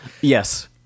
Yes